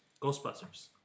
ghostbusters